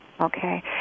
Okay